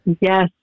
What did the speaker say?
Yes